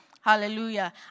Hallelujah